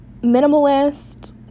minimalist